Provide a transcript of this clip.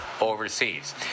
overseas